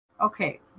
okay